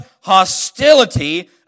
hostility